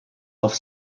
auf